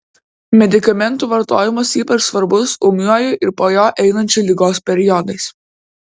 medikamentų vartojimas ypač svarbus ūmiuoju ir po jo einančiu ligos periodais